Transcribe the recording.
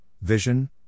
vision